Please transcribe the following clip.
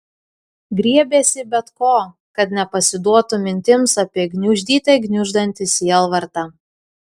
griebėsi bet ko kad nepasiduotų mintims apie gniuždyte gniuždantį sielvartą